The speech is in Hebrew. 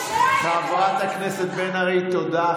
חברת הכנסת בן ארי, תודה.